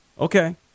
Okay